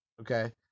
Okay